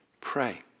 Pray